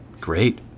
Great